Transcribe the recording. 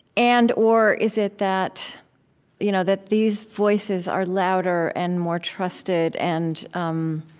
and or is it that you know that these voices are louder and more trusted and um